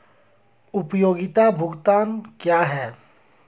उपयोगिता भुगतान क्या हैं?